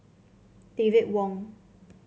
David Wong